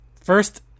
first